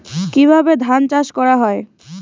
কিভাবে ধান চাষ করা হয়?